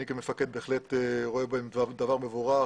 אני כמפקד בהחלט רואה בהן דבר מבורך.